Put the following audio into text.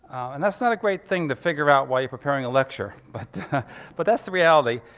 and that's not a great thing to figure out while you're preparing a lecture but but that's the reality.